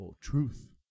truth